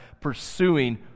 pursuing